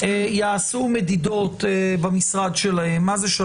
יעשו מדידות במשרד שלהם מה זה.